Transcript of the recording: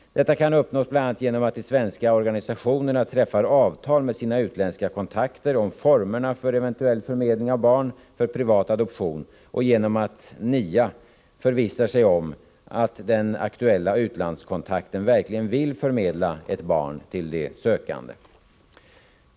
Detta kan uppnås bl.a. genom att de svenska organisationerna träffar avtal med sina utländska kontakter om formerna för eventuell förmedling av barn för privat adoption och genom att NIA, nämnden för internationella adoptionsfrågor, förvissar sig om att den aktuella utlandskontakten verkligen vill förmedla ett barn till de sökande.